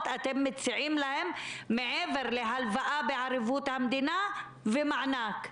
אתם מציעים להם מעבר להלוואה בערבות המדינה ומענק.